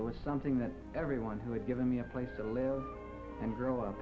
it was something that everyone who had given me a place to live and grow up